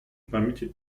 памяти